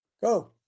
Go